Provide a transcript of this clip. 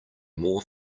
more